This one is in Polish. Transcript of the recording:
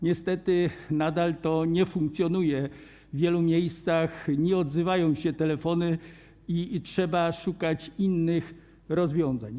Niestety nadal to nie funkcjonuje, w wielu miejscach nie odzywają się telefony i trzeba szukać innych rozwiązań.